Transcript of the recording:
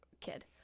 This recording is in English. kid